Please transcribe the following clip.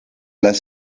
las